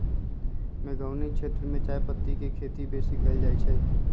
मेघौनी क्षेत्र में चायपत्ति के खेती बेशी कएल जाए छै